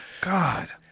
God